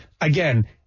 again